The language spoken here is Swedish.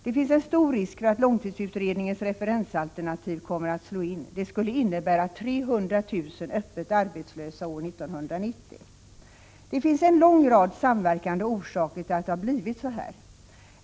Det finns en stor risk för att långtidsutredningens referensalternativ kommer att slå in, Det skulle innebära 300 000 öppet arbetslösa år 1990. Det finns en lång rad samverkande orsaker till att det blivit så här.